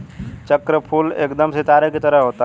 चक्रफूल एकदम सितारे की तरह होता है